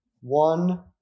one